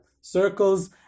circles